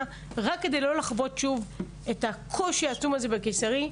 רק כדי לא לחוות שוב את הקושי הזה בקיסרי.